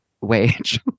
wage